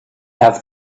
have